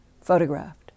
photographed